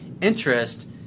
interest